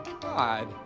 God